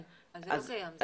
כן, זה לא קיים.